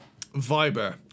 viber